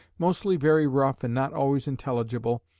mostly very rough and not always intelligible,